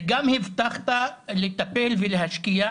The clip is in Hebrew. וגם הבטחת לטפל ולהשקיע,